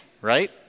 right